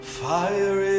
fire